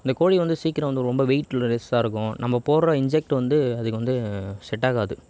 அந்த கோழி வந்து சீக்கிரம் வந்து ரொம்ப வெயிட் லெஸ்ஸாக இருக்கும் நம்ம போடுகிற இன்ஜெக்ட் வந்து அதுக்கு வந்து செட் ஆகாது